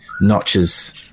notches